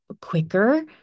quicker